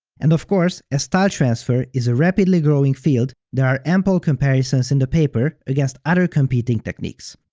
and of course, as style transfer is a rapidly growing field, there are ample comparisons in the paper against other competing techniques.